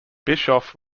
bischoff